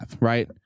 right